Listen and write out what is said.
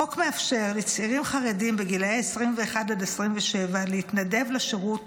החוק מאפשר לצעירים חרדים בגיל 21 עד 27 להתנדב לשירות